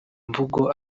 mvugo